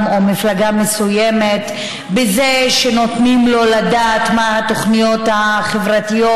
או מפלגה מסוימת בכך שנותנים לו לדעת מה התוכניות החברתיות,